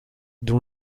don